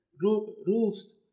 roofs